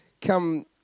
come